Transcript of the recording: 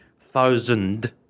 thousand